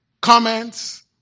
comments